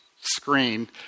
screen